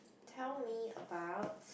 tell me about